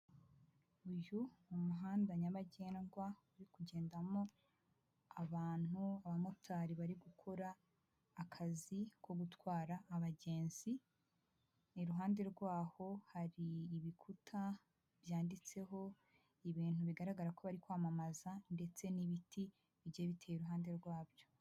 Uyu muhanda nyabagendwa uri kugendamo abantu! abamotari bari gukora akazi ko gutwara abagenzi iruhande rwaho hari ibikuta byanditseho ibintu bigaragara ko bari kwamamaza ndetse n'ibiti bigiye biteye i ruhande rwabyo.